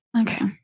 okay